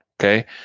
Okay